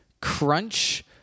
crunch